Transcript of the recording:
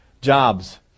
jobs